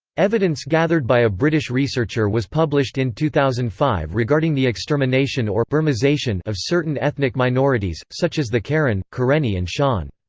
evidence gathered by a british researcher was published in two thousand and five regarding the extermination or burmisation of certain ethnic minorities, such as the karen, karenni and shan.